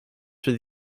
for